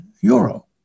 euro